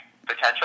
Potential